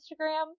Instagram